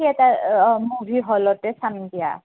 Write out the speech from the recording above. theatre অঁ movie হলতে চাম দিয়া